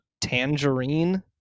Tangerine